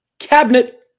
cabinet